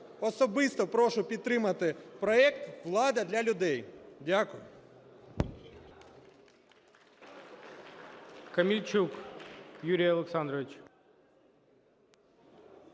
Особисто прошу підтримати проект "Влада для людей". Дякую.